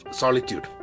solitude